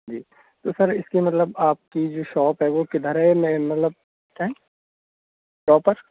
जी तो सर इसमें मतलब आपकी जो शॉप है वह किधर है मैं मतलब क्या प्रोपर